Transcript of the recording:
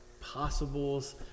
possibles